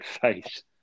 face